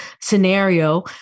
scenario